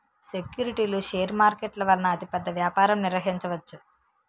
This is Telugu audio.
సెక్యూరిటీలు షేర్ మార్కెట్ల వలన అతిపెద్ద వ్యాపారం నిర్వహించవచ్చు